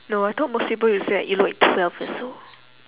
no I thought most people will say like you look like twelve years old